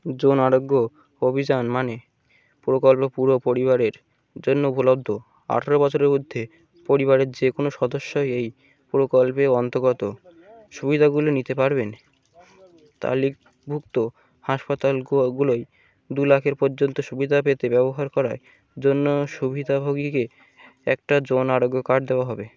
জন আরোগ্য অভিযান মানে প্রকল্প পুরো পরিবারের জন্য উপলব্ধ আঠারো বছরের উর্ধে পরিবারের যে কোনও সদস্য এই প্রকল্পের অন্তগত সুবিধাগুলো নিতে পারবেন তালিকাভুক্ত হাসপাতালগুলোয় দু লাখের পর্যন্ত সুবিধা পেতে ব্যবহার করায় জন্য সুবিধাভোগীকে একটা জন আরোগ্য কার্ড দেওয়া হবে